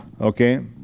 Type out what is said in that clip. Okay